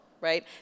right